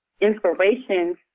inspirations